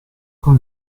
con